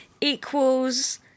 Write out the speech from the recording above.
equals